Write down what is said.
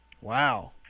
Wow